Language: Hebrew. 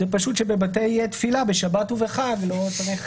זה פשוט שבבתי תפילה בשבת ובחג לא צריך